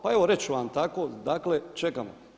Pa evo reći ću vam tako, dakle čekamo.